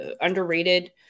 underrated